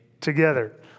together